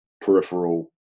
peripheral